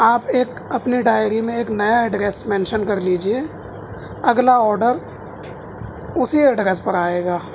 آپ ایک اپنے ڈائری میں ایک نیا ایڈریس مینشن کر لیجیے اگلا آڈر اسی ایڈریس پر آئے گا